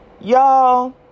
Y'all